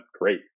great